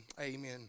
amen